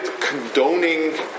condoning